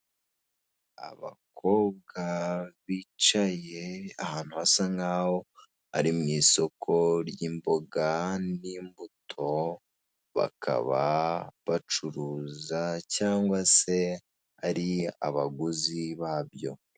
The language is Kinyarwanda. Abakobwa bicaye ahantu hasa nkaho ari mu isoko ry'imboga n'imbuto bakaba bacuruza cyangwa se ari abaguzi babyo.